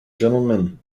gentlemen